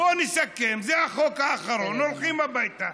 בואו נסכם שזה החוק האחרון, הולכים הביתה,